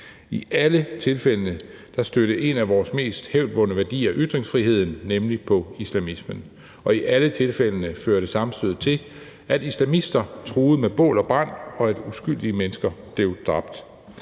I alle tilfældene stødte en af vores mest hævdvundne værdier, ytringsfriheden, nemlig på islamismen, og i alle tilfældene førte sammenstødet til, at islamister truede med bål og brand, og at uskyldige mennesker blev dræbt.